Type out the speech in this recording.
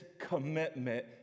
commitment